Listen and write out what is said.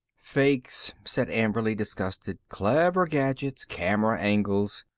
fakes, said amberly, disgusted. clever gadgets. camera angles.